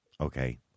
Okay